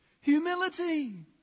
humility